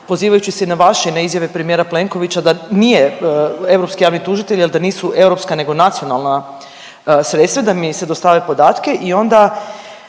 pozivajući se na vaše i na izjave premijera Plenkovića da nije europski javni tužitelj jel da nisu europska nego nacionalna sredstva i da mi se dostave podatke i onda